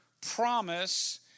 promise